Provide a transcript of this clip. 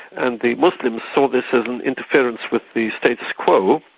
and the muslims saw this as an interference with the status quo,